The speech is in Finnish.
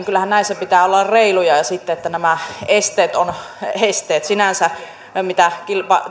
kyllähän näissä sitten pitää olla reiluja että sinänsä nämä esteet mitä